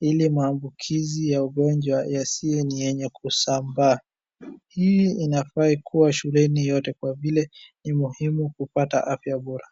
ili maambukizi ya ugonjwa yasiwe ni yenye kusambaa. Hii inafaa kuwa shuleni yote kwa vile ni muhimu kupata afya bora.